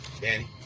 Danny